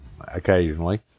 occasionally